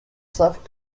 savent